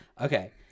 Okay